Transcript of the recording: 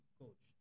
coach